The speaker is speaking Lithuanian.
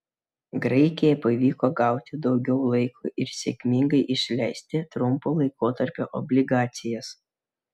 graikijai pavyko gauti daugiau laiko ir sėkmingai išleisti trumpo laikotarpio obligacijas